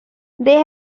they